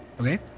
Okay